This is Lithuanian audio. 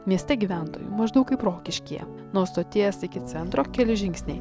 mieste gyventojų maždaug kaip rokiškyje nuo stoties iki centro keli žingsniai